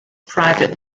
private